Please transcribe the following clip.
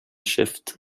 shift